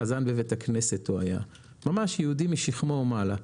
חזן בבית הכנסת הוא היה, ממש יהודי משכמו ומעלה.